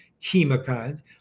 chemokines